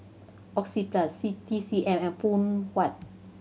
Oxyplus C T C M and Phoon Huat